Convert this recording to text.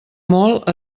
molt